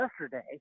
yesterday